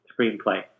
screenplay